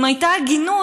אם הייתה הגינות,